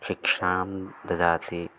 शिक्षां ददाति